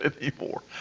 anymore